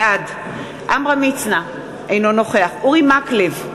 בעד עמרם מצנע, אינו נוכח אורי מקלב,